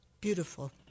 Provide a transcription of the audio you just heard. Beautiful